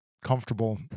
comfortable